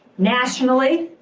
nationally!